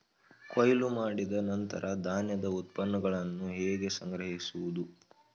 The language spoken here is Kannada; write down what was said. ಕೊಯ್ಲು ಮಾಡಿದ ನಂತರ ಧಾನ್ಯದ ಉತ್ಪನ್ನಗಳನ್ನು ಹೇಗೆ ಸಂಗ್ರಹಿಸುವುದು?